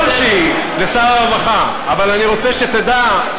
כלשהי לשר הרווחה, אבל אני רוצה שתדע,